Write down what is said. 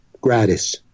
Gratis